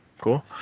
Cool